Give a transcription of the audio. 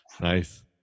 nice